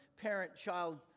parent-child